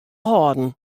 hâlden